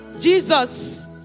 Jesus